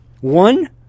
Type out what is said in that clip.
one